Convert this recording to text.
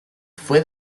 fue